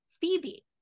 Phoebe